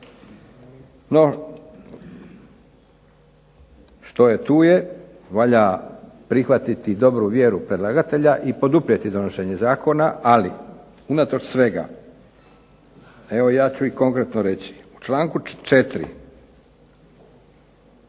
No što je tu je, valja prihvatiti dobru vjeru predlagatelja i poduprijeti donošenje zakona, ali unatoč svega evo ja ću i konkretno reći. U članku 4.